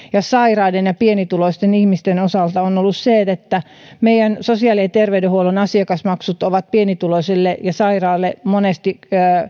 sairaiden ja pienituloisten ihmisten osalta on ollut se että meidän sosiaali ja terveydenhuollon asiakasmaksut ovat pienituloisille ja sairaille monesti